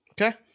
Okay